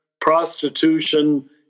prostitution